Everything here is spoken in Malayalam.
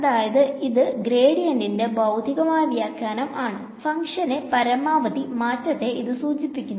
അതായത് ഇത് ഗ്രേഡിയന്റിന്റെ ഭൌതികമായ വ്യാഖ്യാനം ആണ് ഫഗ്ഷന്റെ പരമാവധി മാറ്റത്തെ ഇത് സൂചിപ്പിക്കുന്നു